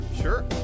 Sure